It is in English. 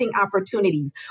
opportunities